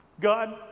God